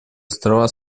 острова